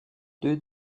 deux